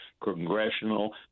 congressional